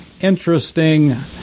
interesting